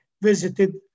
visited